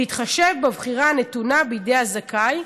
בהתחשב בבחירה הנתונה בידי הזכאי,